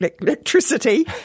Electricity